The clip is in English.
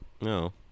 No